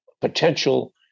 potential